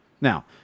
Now